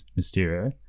Mysterio